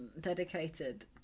dedicated